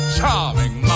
charming